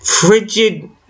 Frigid